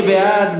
מי בעד?